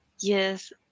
Yes